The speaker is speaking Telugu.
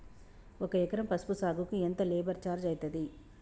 ఒక ఎకరం పసుపు సాగుకు ఎంత లేబర్ ఛార్జ్ అయితది?